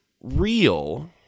real